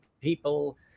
people